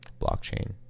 blockchain